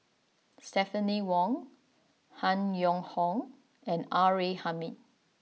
Stephanie Wong Han Yong Hong and R A Hamid